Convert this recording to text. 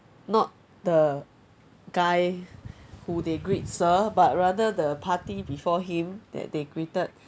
not the guy who they greet sir but rather the party before him that they greeted